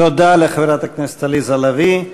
תודה לחברת הכנסת עליזה לביא.